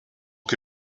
que